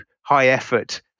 high-effort